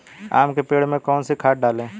आम के पेड़ में कौन सी खाद डालें?